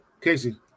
Casey